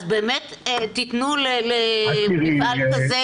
אז באמת תיתנו למפעל כזה,